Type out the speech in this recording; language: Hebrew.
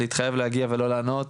להתחייב להגיע ולא לענות,